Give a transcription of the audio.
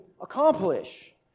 accomplish